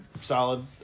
solid